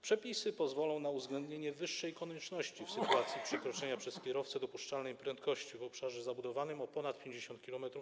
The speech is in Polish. Przepisy pozwolą na uwzględnienie wyższej konieczności w sytuacji przekroczenia przez kierowcę dopuszczalnej prędkości w obszarze zabudowanym o ponad 50 km/h.